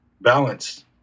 balanced